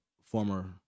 former